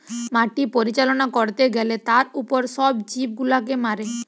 মাটি পরিচালনা করতে গ্যালে তার উপর সব জীব গুলাকে মারে